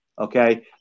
okay